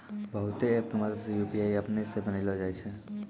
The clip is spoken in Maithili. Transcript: बहुते ऐप के मदद से यू.पी.आई अपनै से बनैलो जाय छै